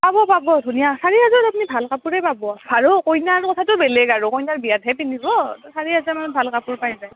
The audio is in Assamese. অঁ পাব পাব ধুনীয়া চাৰি হেজাৰত আপুনি ভাল কাপোৰেই পাব আৰু কইনাৰ কথাটো বেলেগ আৰু কইনাৰ বিয়াতহে পিন্ধিব তো চাৰি হেজাৰমানত ভাল কাপোৰ পাইয়ে যায়